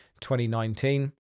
2019